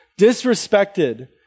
disrespected